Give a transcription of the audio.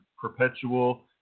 perpetual